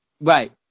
Right